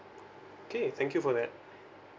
okay thank you for that